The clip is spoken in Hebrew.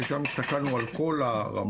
שם הסתכלנו על כל הרמות,